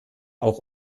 auch